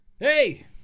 Hey